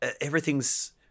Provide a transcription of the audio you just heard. everything's